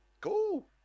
cool